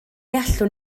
allwn